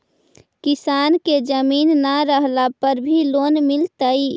किसान के जमीन न रहला पर भी लोन मिलतइ?